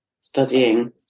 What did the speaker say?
studying